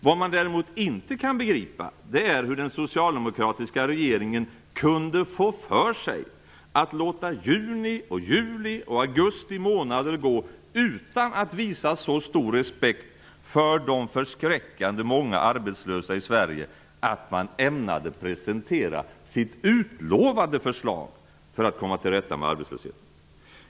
Vad man däremot inte kan begripa är hur den socialdemokratiska regeringen kunde få för sig att låta juni, juli och augusti månader gå utan att visa så stor respekt för de förskräckande många arbetslösa i Sverige att man ämnade presentera sitt utlovade förslag för att komma till rätta med arbetslösheten.